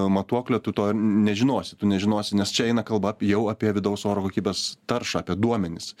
matuoklio tu to nežinosi tu nežinosi nes čia eina kalba jau apie vidaus oro kokybės taršą apie duomenis